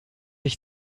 ich